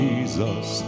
Jesus